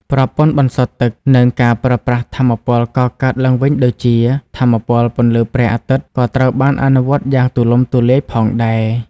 ប្រព័ន្ធបន្សុទ្ធទឹក និងការប្រើប្រាស់ថាមពលកកើតឡើងវិញដូចជាថាមពលពន្លឺព្រះអាទិត្យក៏ត្រូវបានអនុវត្តយ៉ាងទូលំទូលាយផងដែរ។